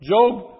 Job